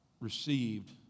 received